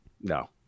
no